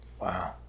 Wow